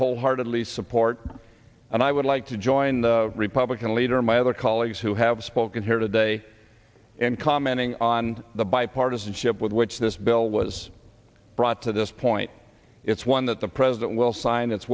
wholeheartedly support and i would like to join the republican leader my other colleagues who have spoken here today and commenting on the bipartisanship with which this bill was brought to this point it's one that the president will sign